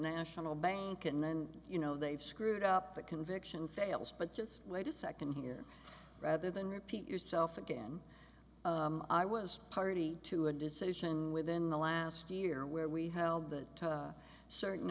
national bank and then you know they've screwed up the conviction fails but just wait a second here rather than repeat yourself again i was party to a decision within the last year where we held that certain